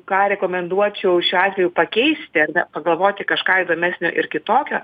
ką rekomenduočiau šiuo atveju pakeisti ar ne pagalvoti kažką įdomesnio ir kitokio